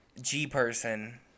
G-Person